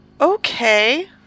Okay